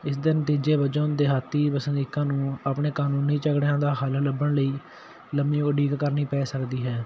ਇਸ ਦੇ ਨਤੀਜੇ ਵਜੋਂ ਦਿਹਾਤੀ ਵਸਨੀਕਾਂ ਨੂੰ ਆਪਣੇ ਕਾਨੂੰਨੀ ਝਗੜਿਆਂ ਦਾ ਹੱਲ ਲੱਭਣ ਲਈ ਲੰਬੀ ਉਡੀਕ ਕਰਨੀ ਪੈ ਸਕਦੀ ਹੈ